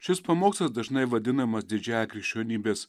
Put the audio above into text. šis pamokslas dažnai vadinamas didžiąja krikščionybės